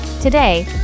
Today